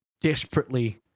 desperately